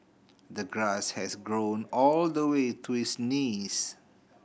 the grass had grown all the way to his knees